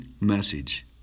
message